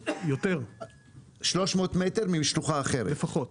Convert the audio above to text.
יותר, לפחות.